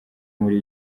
muri